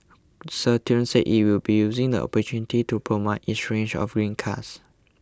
Citroen said it will be using the opportunity to promote its range of green cars